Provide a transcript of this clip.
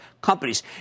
companies